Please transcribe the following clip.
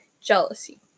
jealousy